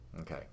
Okay